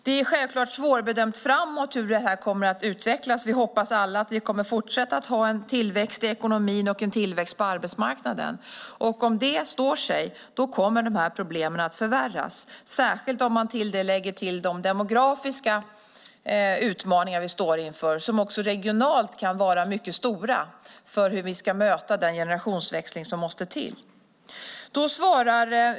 Det är självfallet svårbedömt hur detta kommer att utvecklas framåt. Vi hoppas alla att vi kommer att fortsätta att ha en tillväxt i ekonomin och en tillväxt på arbetsmarknaden. Om det står sig kommer problemen att förvärras, särskilt om man till detta lägger de demografiska utmaningar vi står inför som också regionalt kan vara mycket stora. Det handlar om hur vi ska möta den generationsväxling som måste till.